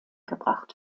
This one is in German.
gebracht